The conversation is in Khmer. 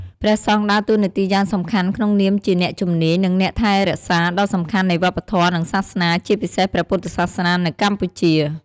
ព្រះសង្ឃដើរតួនាទីយ៉ាងសំខាន់ក្នុងនាមជា អ្នកជំនាញ និងអ្នកថែរក្សាដ៏សំខាន់នៃវប្បធម៌ និងសាសនា ជាពិសេសព្រះពុទ្ធសាសនានៅកម្ពុជា។